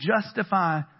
justify